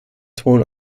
ton